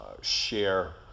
share